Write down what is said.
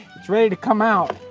it's ready to come out.